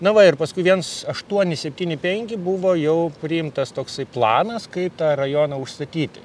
na va ir paskui viens aštuoni septyni penki buvo jau priimtas toksai planas kaip tą rajoną užstatyti